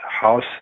house